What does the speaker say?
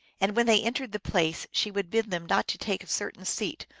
and when they entered the place she would bid them not to take a certain seat,